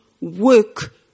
Work